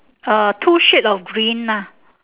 uh two shade of green ah